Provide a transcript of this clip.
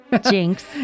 Jinx